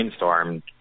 brainstormed